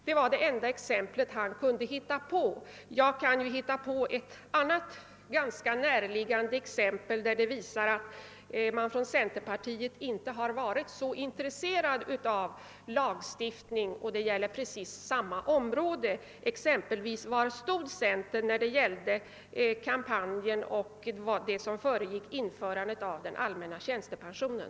Det var det enda exempel han kunde hitta på. Jag kan anföra ett annat ganska näraliggande exempel inom samma område som visar att centerpar tiet inte har varit så intresserat av jämlikhet. Var stod centerpartiet t.ex. när det gällde den kampanj som föregick införandet av den allmänna tjänstepensionen?